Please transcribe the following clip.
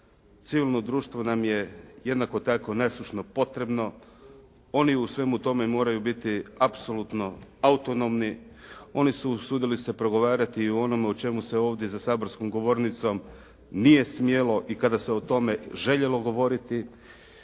civilno društvo nam je jednako tako nasušno potrebno. Oni u svemu tome moraju biti apsolutno autonomni. Oni su usudili se progovarati i o onome o čemu se ovdje za saborskom govornicom nije smjelo i kada se o tome željelo govoriti.